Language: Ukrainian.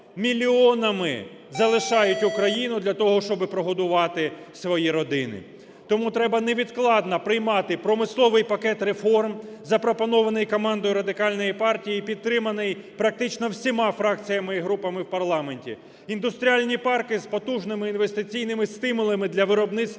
мільйонами залишають Україну для того, щоби прогодувати свої родини. Тому треба невідкладно приймати промисловий пакет реформ, запропонований командою Радикальної партії і підтриманий практично всіма фракціями і групами в парламенті: індустріальні парки з потужними інвестиційним стимулами для виробництва